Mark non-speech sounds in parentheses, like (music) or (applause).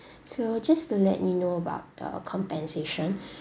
so just to let you know about the compensation (breath)